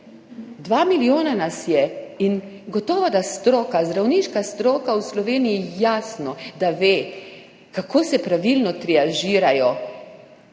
2 milijona nas je in gotovo da stroka, zdravniška stroka v Sloveniji, jasno da, ve, kako se pravilno triažirajo